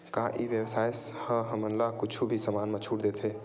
का ई व्यवसाय ह हमला कुछु भी समान मा छुट देथे?